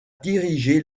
dirigé